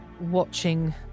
watching